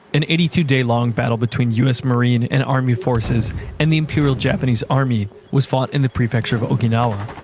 an eighty two day long battle between us marine and army forces and the imperial japanese army was fought in the prefecture of okinawa.